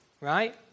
right